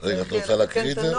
את רוצה להקריא את זה?